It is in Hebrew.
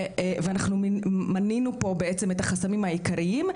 ואנחנו מנינו פה בעצם את החסמים העיקריים.